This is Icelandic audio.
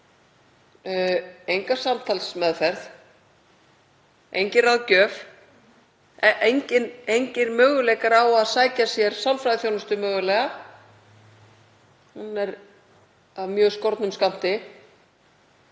enga samtalsmeðferð, enga ráðgjöf, enga möguleikar á að sækja sér sálfræðiþjónustu eða af mjög skornum skammti,